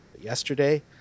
yesterday